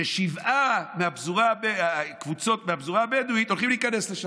ששבע קבוצות מהפזורה הבדואית הולכות להיכנס לשם.